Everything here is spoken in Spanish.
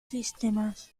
sistemas